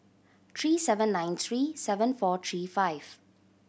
three seven nine three seven four three five